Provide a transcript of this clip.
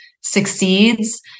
succeeds